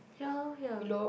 ya lor ya